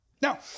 Now